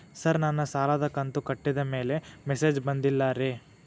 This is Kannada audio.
ಸರ್ ನನ್ನ ಸಾಲದ ಕಂತು ಕಟ್ಟಿದಮೇಲೆ ಮೆಸೇಜ್ ಬಂದಿಲ್ಲ ರೇ